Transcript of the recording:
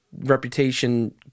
reputation